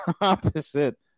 opposite